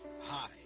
Hi